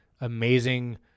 Amazing